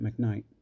McKnight